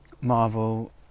Marvel